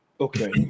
Okay